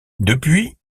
depuis